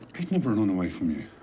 i'd never run away from you.